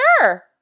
sure